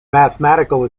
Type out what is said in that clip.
mathematical